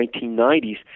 1990s